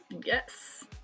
Yes